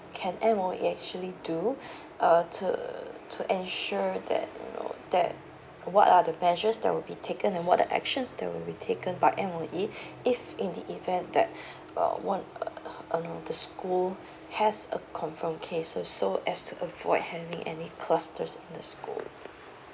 can M_O_E actually do uh to to ensure that you know that what are the measures that will be taken and what are the actions that will be taken by M_O_E if in the event that uh one uh you know the school has a confirmed case so as to avoid having any clusters in the school